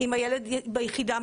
אם הילד ביחידה.